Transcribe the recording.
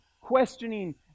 questioning